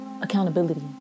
accountability